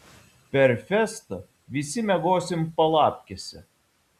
per festą visi miegosim palapkėse